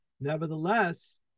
Nevertheless